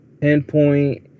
pinpoint